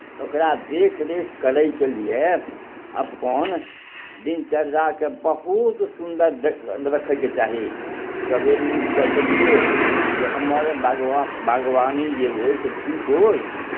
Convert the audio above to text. ओकरा देखरेख करयके लिए अपन दिनचर्याकेँ बहूत सुन्दर देख रखयके चाही सवेर उठि कऽ देखियौ जे हमर बागवा बागवानी जे अइ ठीक अइ